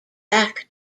back